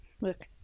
Look